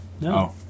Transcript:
No